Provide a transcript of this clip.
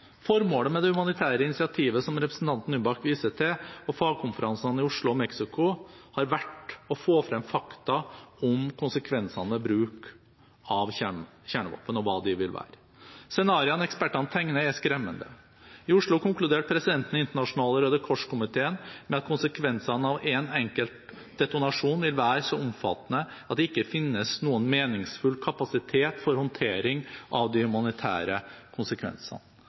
Formålet med det humanitære initiativet som representanten Nybakk viser til, og fagkonferansene i Oslo og Mexico, har vært å få frem fakta om konsekvensene ved bruk av kjernevåpen, hva de vil være. Scenariene ekspertene tegner, er skremmende. I Oslo konkluderte presidenten i Den internasjonale Røde Kors-komiteen med at konsekvensene av en enkelt detonasjon vil være så omfattende at det ikke finnes noen meningsfull kapasitet for håndtering av de humanitære konsekvensene.